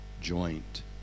joint